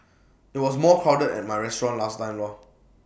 IT was more crowded at my restaurant last time lor